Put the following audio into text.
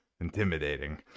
Intimidating